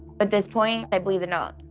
but this point i believe the note.